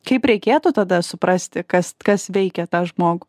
kaip reikėtų tada suprasti kas kas veikia tą žmogų